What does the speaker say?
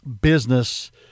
business